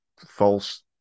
false